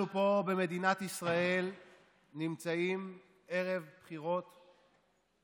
אנחנו פה במדינת ישראל נמצאים ערב בחירות קריטיות,